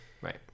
right